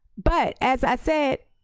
but as i said,